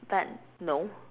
but no